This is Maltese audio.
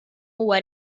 huwa